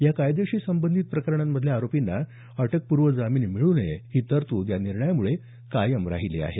या कायद्याशी संबंधित प्रकरणांमधल्या आरोपींना अटकपूर्व जामीन मिळू नये ही तरतूद या निर्णयामुळे कायम राहिली आहे